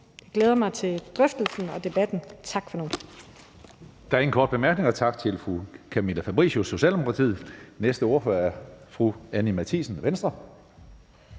Jeg glæder mig til drøftelsen og debatten. Tak for nu.